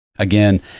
Again